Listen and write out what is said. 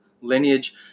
lineage